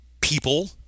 people